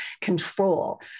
control